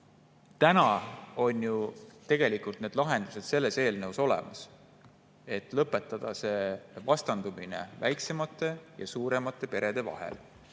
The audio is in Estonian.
on ju tegelikult selles eelnõus olemas, et lõpetada see vastandumine väiksemate ja suuremate perede vahel.